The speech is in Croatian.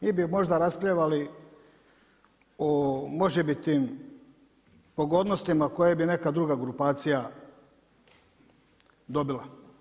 Mi bi možda raspravljali o možebitim pogodnostima koje bi neka druga grupacija dobila.